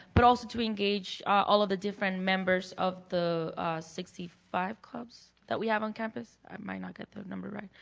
but also to engage all of the different members of the sixty five clubs that we have on campus. i might not get the number right,